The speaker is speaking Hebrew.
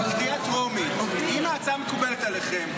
אם ההצעה מקובלת עליכם,